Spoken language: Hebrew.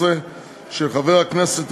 חברי הכנסת,